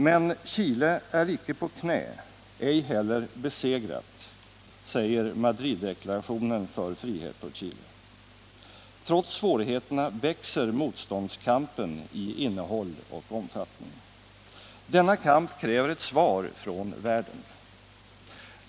”Men Chile är icke på knä, ej heller besegrat.” Trots svårigheterna växer motståndskampen i innehåll och omfattning. Denna kamp kräver ett svar från världen.